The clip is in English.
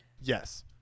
yes